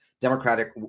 democratic